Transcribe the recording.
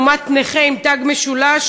לעומת נכה עם תג משולש,